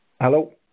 Hello